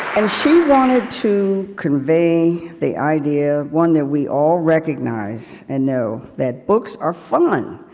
and she wanted to convey the idea, one that we all recognize, and know, that books are fun!